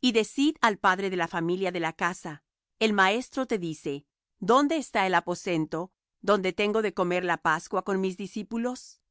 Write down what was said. y decid al padre de la familia de la casa el maestro te dice dónde está el aposento donde tengo de comer la pascua con mis discípulos